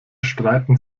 streiten